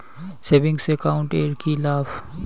Savings account এর কি লাভ?